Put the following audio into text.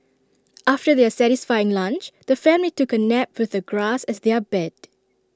after their satisfying lunch the family took A nap with the grass as their bed